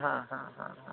हा हा हा हा